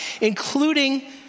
including